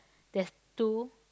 there's two